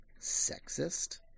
Sexist